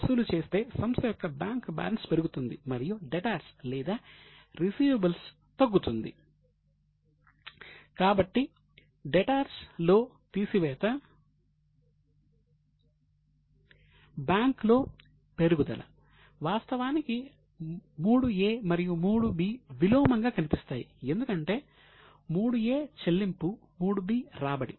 వాస్తవానికి లావాదేవీ 3 a మరియు 3 b విలోమం గా కనిపిస్తాయి ఎందుకంటే 3 a చెల్లింపు 3 b రాబడి